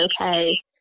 okay